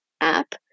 app